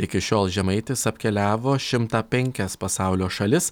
iki šiol žemaitis apkeliavo šimtą penkias pasaulio šalis